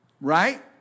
Right